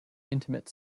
intimate